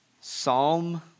Psalm